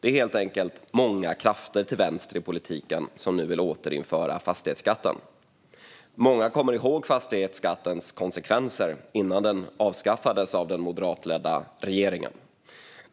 Det är helt enkelt många krafter till vänster i politiken som nu vill återinföra fastighetsskatten. Många kommer ihåg fastighetsskattens konsekvenser, innan skatten avskaffades av den moderatledda regeringen. Fastighetsskatten